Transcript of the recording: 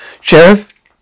Sheriff